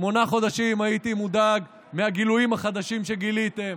שמונה חודשים הייתי מודאג מהגילויים החדשים שגיליתם,